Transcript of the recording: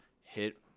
Hit